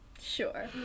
Sure